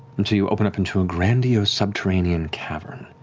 until you open up into a grandiose, subterranean cavern.